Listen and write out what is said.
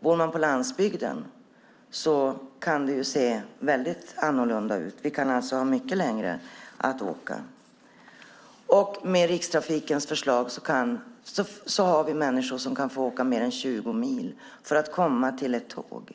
Bor man på landsbygden kan det se väldigt annorlunda ut. Man kan alltså ha mycket längre att åka. Med Rikstrafikens förslag kan människor få åka mer än 20 mil för att komma till ett tåg.